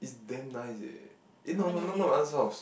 is damn nice eh eh no no not not my aunt's house